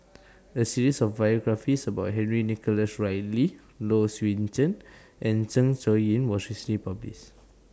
A series of biographies about Henry Nicholas Ridley Low Swee Chen and Zeng Shouyin was recently published